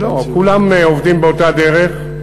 לא, כולם עובדים באותה דרך.